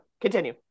Continue